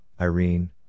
Irene